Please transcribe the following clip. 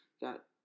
got